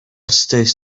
stays